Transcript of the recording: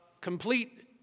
complete